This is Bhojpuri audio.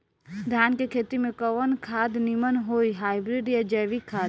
धान के खेती में कवन खाद नीमन होई हाइब्रिड या जैविक खाद?